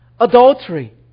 adultery